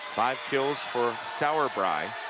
five kills for sauerbrei.